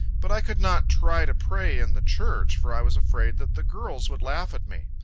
but i could not try to pray in the church, for i was afraid that the girls would laugh at me.